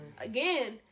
again